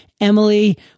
Emily